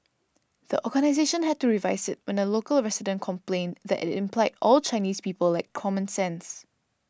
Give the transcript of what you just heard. the organisation had to revise it when a local resident complained that it implied all Chinese people lacked common sense